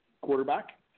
quarterback